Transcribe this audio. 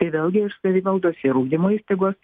tai vėlgi ir savivaldos ir ugdymo įstaigos